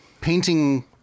painting